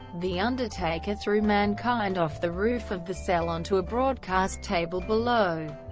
the undertaker threw mankind off the roof of the cell onto a broadcast table below,